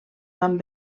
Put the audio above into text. van